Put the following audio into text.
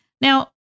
Now